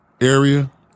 area